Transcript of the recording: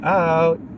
out